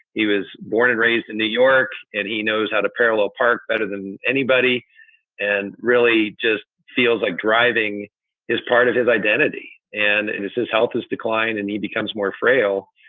he was born and raised in new york and he knows how to parallel park better than anybody and really just feels like driving is part of his identity and and his health is decline and he becomes more frail.